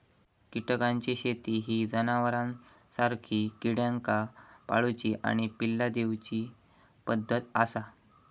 कीटकांची शेती ही जनावरांसारखी किड्यांका पाळूची आणि पिल्ला दिवची पद्धत आसा